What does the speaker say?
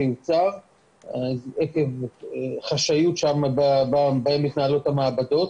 יוצר עקב חשאיות שבה מתנהלות המעבדות,